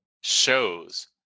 shows